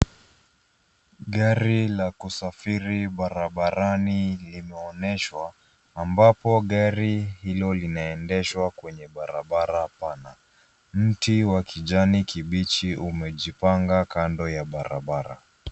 Gari la kusafiri barabarani limeonyeshwa, ambapo gari hilo linaendeshwa kwenye barabara pana. Mti wa kijani kibichi umejipanga kando ya barabara.